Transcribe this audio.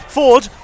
Ford